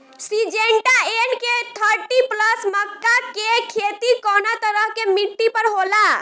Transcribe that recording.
Syngenta NK thirty plus मक्का के के खेती कवना तरह के मिट्टी पर होला?